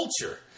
culture